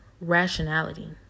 rationality